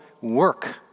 work